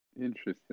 Interesting